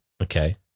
okay